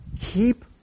keep